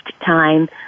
time